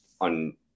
on